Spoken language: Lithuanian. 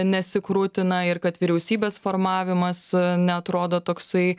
nesikrutina ir kad vyriausybės formavimas neatrodo toksai